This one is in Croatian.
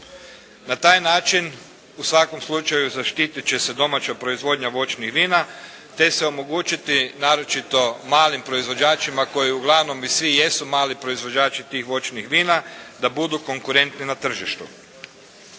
Na taj način u svakom slučaju zaštititi će se domaća proizvodnja voćnih vina te se omogućiti naročito malim proizvođačima koji u glavnom i svi jesu mali proizvođači tih voćnih vina, da budu konkurentni na tržištu.